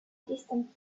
distant